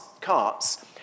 carts